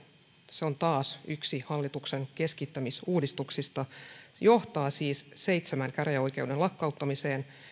se on taas yksi hallituksen keskittämisuudistuksista johtaa siis seitsemän käräjäoikeuden lakkauttamiseen